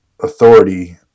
authority